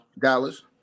Dallas